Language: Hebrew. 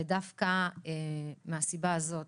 דווקא מהסיבה הזו,